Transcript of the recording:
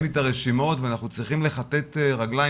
לי את הרשימות ואנחנו צריכים לכתת רגליים,